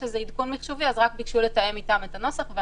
עדכון מחשובי אז רק ביקשו לתאם איתם את הנוסח.